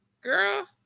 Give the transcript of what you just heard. Girl